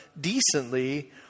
decently